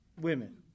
women